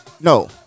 no